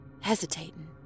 hesitating